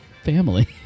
family